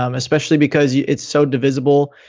um especially because yeah it's so divisible,